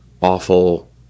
awful –